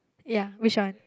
yea which one